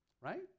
right